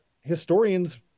historians